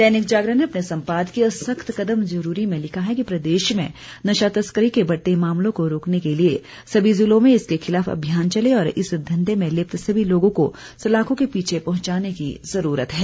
दैनिक जागरण ने अपने संपादकीय सख्त कदम जरूरी में लिखा है कि प्रदेश में नशा तस्करी के बढ़ते मामलों को रोकने के लिए समी जिलों में इसके खिलाफ अभियान चले और इस धंधे में लिप्त सभी लोगों को सलाखों के पीछे पहुंचाने की जरूरत है